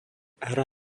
hra